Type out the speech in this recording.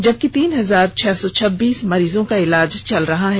जबकि तीन हजार छह सौ छब्बीस मरीजों का इलाज चल रहा है